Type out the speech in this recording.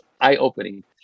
eye-opening